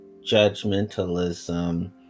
judgmentalism